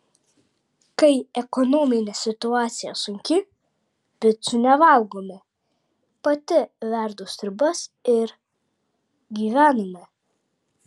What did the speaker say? kai ekonominė situacija sunki picų nevalgome pati verdu sriubas ir gyvename